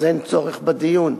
אז אין צורך בדיון.